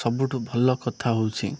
ସବୁଠୁ ଭଲ କଥା ହେଉଛିି